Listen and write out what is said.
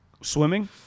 Swimming